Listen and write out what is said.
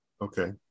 Okay